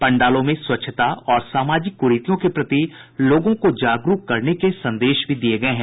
पंडालों में स्वच्छता और सामाजिक कुरीतियों के प्रति लोगों को जागरूक करने के संदेश भी दिये गये हैं